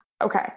Okay